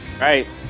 Right